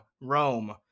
Rome